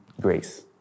grace